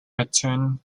returned